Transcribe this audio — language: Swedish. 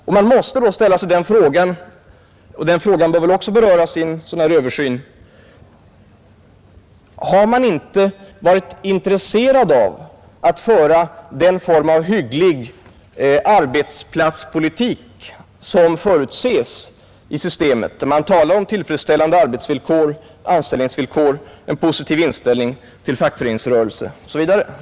Vi måste då ställa oss frågan — och den bör väl också beröras i en sådan översyn — om de inte har varit intresserade av att föra den form av hygglig arbetsplatspolitik som förutses i systemet, när det talas om tillfredsställande arbetsvillkor, tillfredsställande anställningsvillkor, en positiv inställning till fackföreningsrörelser osv.